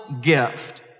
gift